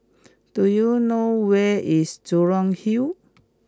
do you know where is Jurong Hill